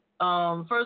First